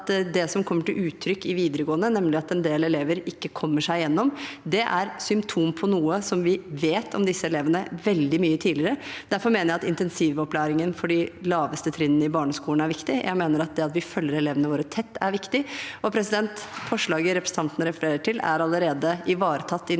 det som kommer til uttrykk i videregående, nemlig at en del elever ikke kommer seg gjennom, er et symptom på noe som vi vet om disse elevene veldig mye tidligere. Derfor mener jeg at intensivopplæringen for de laveste trinnene i barneskolen er viktig. Jeg mener at det at vi følger elevene våre tett, er viktig. Forslaget representanten refererer til, er allerede ivaretatt i ny